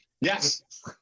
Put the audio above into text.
yes